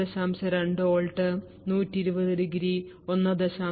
2 volt 120°1